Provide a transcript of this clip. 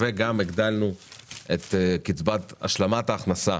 וגם הגדלנו את קצבת השלמת ההכנסה